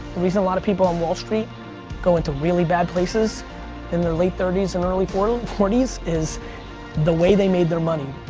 reason a lot of people on wall street go into really bad places in their late thirty s and early forty forty s is the way they made their money.